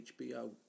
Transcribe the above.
HBO